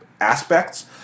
aspects